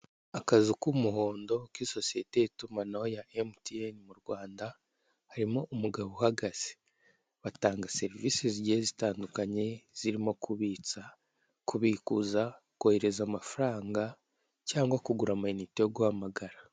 Akazu k'umuhondo, k'isosiyete y'itumanaho ya MTN mu Rwanda, harimo umugabo uhagaze. Batanga serivisi zigiye zitandukanye zirimo kubitsa, kubikuza, kohereza amafaranga, cyangwa kugura amayinite yo guhamagara.